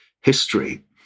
history